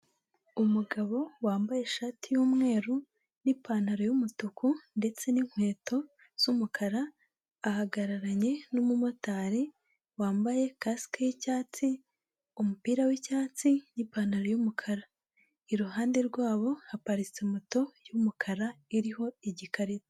Umugabo wambaye ishati y'umweru n'ipantaro y'umutuku ndetse n'inkweto z'umukara, ahagararanye n'umumotari wambaye kasike y'icyatsi, umupira w'icyatsi n'ipantaro y'umukara. Iruhande rwabo haparitse moto y'umukara iriho igikarito.